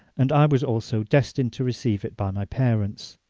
and i was also destined to receive it by my parents.